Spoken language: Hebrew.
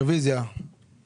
ראש הממשלה רץ